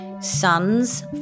sons